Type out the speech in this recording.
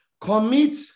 commit